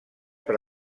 per